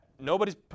Nobody's